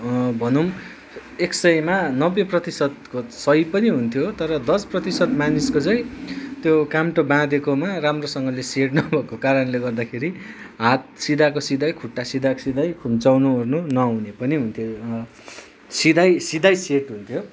भनौँ एक सयमा नब्बे प्रतिशतको सही पनि हुन्थ्यो तर दस प्रतिशत मानिसको चाहिँ त्यो काम्रो बाँधेकोमा राम्रोसँगले सेट नभएको कारणले गर्दाखेरि हात सिधाको सिधै खुट्टा सिधाको सिधै खुम्चाउनु ओर्नु नहुने पनि हुन्थ्यो सिधै सिघै सेट हुन्थ्यो